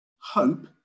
Hope